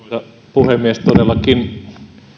puhemies todellakin